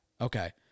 Okay